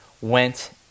went